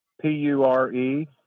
P-U-R-E